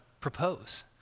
propose